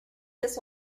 this